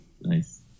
nice